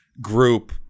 group